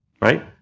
right